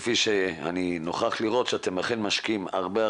אנחנו באמת משתדלים ללוות את המטופל לאורך כל שרשרת החיים שלו,